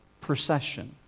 procession